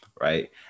right